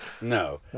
No